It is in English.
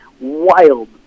wild